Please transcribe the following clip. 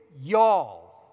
y'all